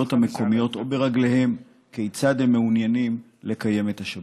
המקומיות או ברגליהם כיצד הם מעוניינים לקיים את השבת.